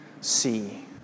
see